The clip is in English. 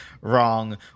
wrong